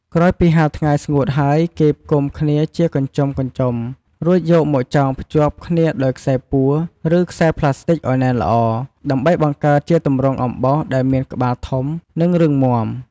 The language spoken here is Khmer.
ក្រោយពីហាលថ្ងៃស្ងួតហើយគេផ្ដុំគ្នាជាកញ្ចុំៗ រួចយកមកចងភ្ជាប់គ្នាដោយខ្សែពួរ ឬខ្សែប្លាស្ទិចឲ្យណែនល្អ ដើម្បីបង្កើតជាទម្រង់អំបោសដែលមានក្បាលធំ និងរឹងមាំ។